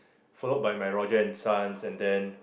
followed by my Roger and Sons and then